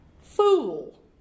fool